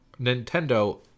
Nintendo